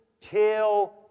till